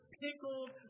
pickled